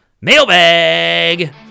mailbag